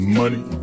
money